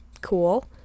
cool